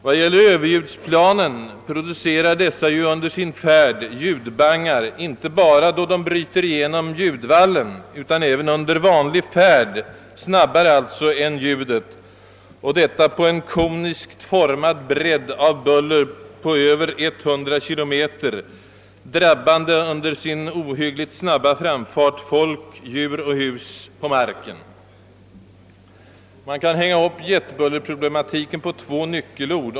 Vad gäller överljudsplanen producerar ju dessa under sin färd ljudbangar inte bara då de bryter igenom ljudvallen utan även under vanlig färd — snabbare alltså än ljudet — och detta på en koniskt formad bredd av buller på över 100 kilometer, drabbande under dessa plans ohyggligt snabba framfart folk, djur och hus på marken. Man kan, om man så vill, hänga upp jetbullerproblematiken på två nyckelord.